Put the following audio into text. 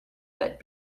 but